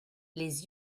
les